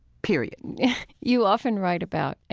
period you often write about,